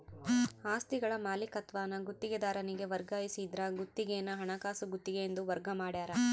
ಆಸ್ತಿಗಳ ಮಾಲೀಕತ್ವಾನ ಗುತ್ತಿಗೆದಾರನಿಗೆ ವರ್ಗಾಯಿಸಿದ್ರ ಗುತ್ತಿಗೆನ ಹಣಕಾಸು ಗುತ್ತಿಗೆ ಎಂದು ವರ್ಗ ಮಾಡ್ಯಾರ